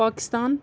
Pakistan